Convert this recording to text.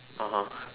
(uh huh)